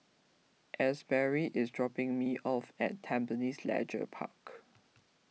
Asberry is dropping me off at Tampines Leisure Park